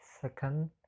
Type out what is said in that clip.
second